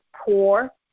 poor